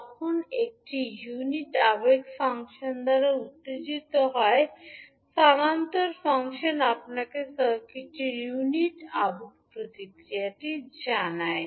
যখন এটি ইউনিট আবেগ ফাংশন দ্বারা উত্তেজিত হয় স্থানান্তর ফাংশন আপনাকে সার্কিটের ইউনিট আবেগ প্রতিক্রিয়া জানায়